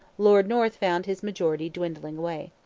lord north found his majority dwindling away.